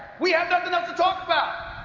we have nothing else to talk about!